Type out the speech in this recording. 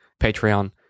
Patreon